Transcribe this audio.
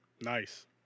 nice